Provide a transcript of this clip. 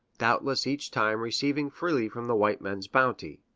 doubtless each time receiving freely from the white men's bounty.